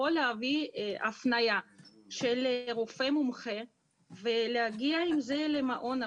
יכול להביא הפניה של רופא מומחה ולהגיע עם זה למעון.